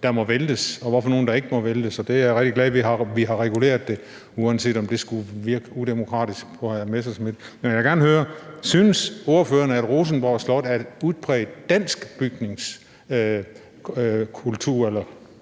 der må væltes, og hvilke der ikke må væltes. Jeg er rigtig glad for, at vi har reguleret det, uanset om det skulle virke udemokratisk på hr. Morten Messerschmidt. Men jeg vil gerne høre, om ordføreren synes, at Rosenborg Slot er udpræget dansk bygningskultur